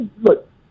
look